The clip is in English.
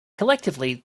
collectively